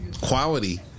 quality